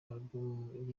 album